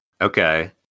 Okay